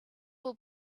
will